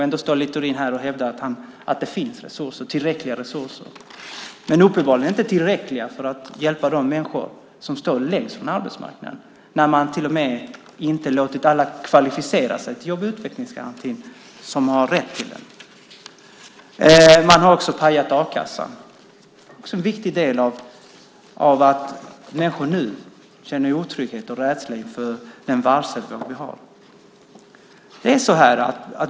Ändå står Littorin här och hävdar att det finns tillräckliga resurser. Men de är uppenbarligen inte tillräckliga för att hjälpa de människor som står längst från arbetsmarknaden. Man har till och med inte låtit alla kvalificera sig till jobb och utvecklingsgarantin som har rätt till det. Man har också pajat a-kassan. Det är också en viktig del av att människor nu känner otrygghet och rädsla inför den varselvåg vi har.